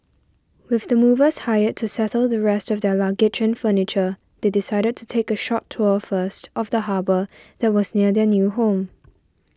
with the movers hired to settle the rest of their luggage and furniture they decided to take a short tour first of the harbour that was near their new home